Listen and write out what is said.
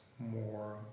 more